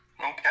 Okay